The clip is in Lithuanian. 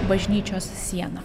bažnyčios siena